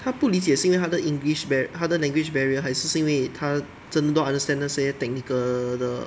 他不理解是因为他的 english 他的 language barrier 还是是因为他真的 don't understand 那些 technical 的